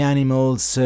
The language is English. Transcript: Animals